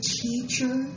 teacher